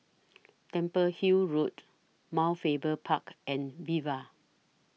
Temple Hill Road Mount Faber Park and Viva